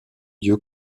dieu